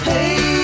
Hey